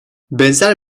benzer